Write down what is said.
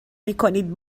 میکنید